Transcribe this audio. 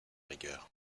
rigueur